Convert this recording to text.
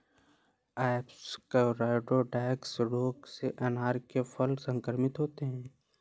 अप्सकवाइरोइड्स रोग से अनार के फल संक्रमित होते हैं